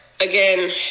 again